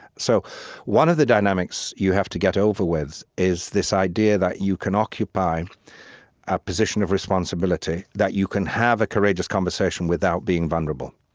so one of the dynamics you have to get over with is this idea that you can occupy a position of responsibility, that you can have a courageous conversation without being vulnerable